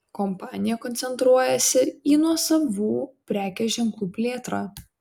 kompanija koncentruojasi į nuosavų prekės ženklų plėtrą